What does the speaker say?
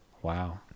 Wow